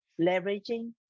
leveraging